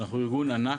אנחנו ארגון ענק,